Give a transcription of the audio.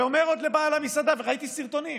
ואומר עוד לבעל המסעדה, וראיתי סרטונים,